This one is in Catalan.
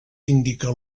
indica